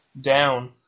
down